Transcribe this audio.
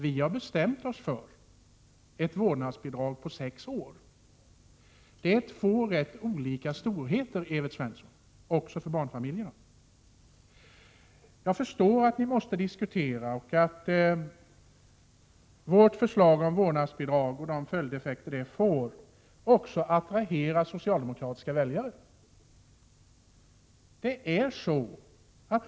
Vi har bestämt oss för ett vårdnadsbidrag på sex år. Det är två rätt olika storheter, Evert Svensson, också för barnfamiljerna. Jag förstår att ni måste diskutera och att vårt förslag om vårdnadsbidrag och de följder det får attraherar också socialdemokratiska väljare.